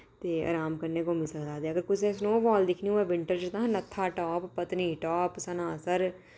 ते अराम कन्नै घुम्मी सकदा ते अगर कुसे नै स्नोफाल दिक्खनी होऐ विंटर च तां नत्था टाप पत्नीटाप सनासर